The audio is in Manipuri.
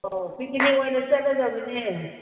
ꯑꯣ ꯄꯤꯀꯤꯅꯤꯛ ꯑꯣꯏꯅ ꯆꯠꯂꯗꯕꯅꯦ